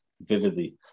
vividly